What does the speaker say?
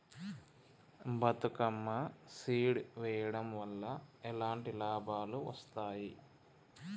Bathukamma seed వెయ్యడం వల్ల ఎలాంటి లాభాలు వస్తాయి?